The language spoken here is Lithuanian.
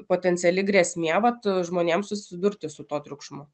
potenciali grėsmė vat žmonėm susidurti su tuo triukšmu